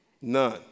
none